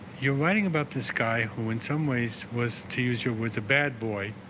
you're writing about this guy who in some ways was to use your was a bad boy